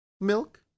Milk